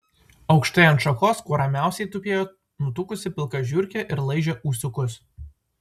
aukštai ant šakos kuo ramiausiai tupėjo nutukusi pilka žiurkė ir laižė ūsiukus